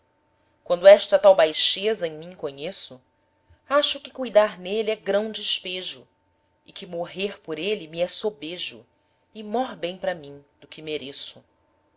quando esta tal baixesa em mim conheço acho que cuidar nele é grão despejo e que morrer por ele me é sobejo e mor bem para mim do que mereço